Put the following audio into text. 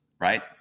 Right